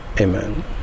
Amen